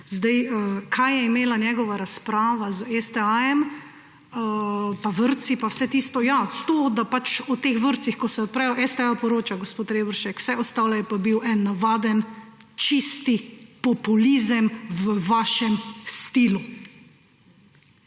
Zdaj, kaj je imela njegova razprava z STA-jem, pa vrtci in vse tisto? Ja, to, da pač v teh vrtcih, ko se odprejo, STA poroča, gospod Reberšek. Vse ostalo je pa bil en navaden čisti populizem v vašem stilu.